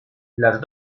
las